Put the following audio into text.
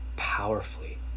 Powerfully